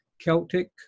Celtic